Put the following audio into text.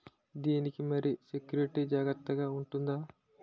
దీని కి మరి సెక్యూరిటీ జాగ్రత్తగా ఉంటుందా?